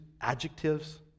adjectives